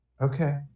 Okay